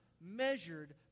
measured